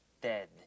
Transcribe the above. dead